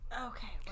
Okay